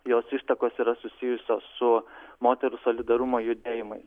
jos ištakos yra susijusios su moterų solidarumo judėjimai